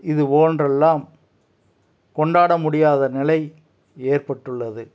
இது போன்றெல்லாம் கொண்டாட முடியாத நிலை ஏற்பட்டுள்ளது